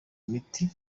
miti